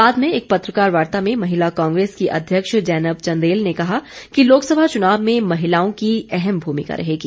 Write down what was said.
बाद में एक पत्रकार वार्ता में महिला कांग्रेस की अध्यक्ष जैनब चन्देल ने कहा कि लोकसभा चुनाव में महिलाओं की अहम भूमिका रहेगी